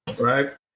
Right